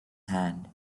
hand